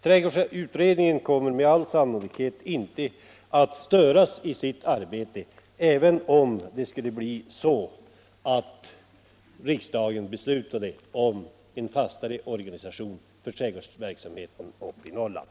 Trädgårdsutredningen kommer med all sannolikhet inte att störas i sitt arbete om riksdagen beslutar en fastare organisation av försöksverksamheten uppe i Norrland.